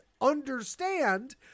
understand